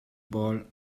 ball